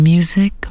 Music